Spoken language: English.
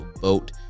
vote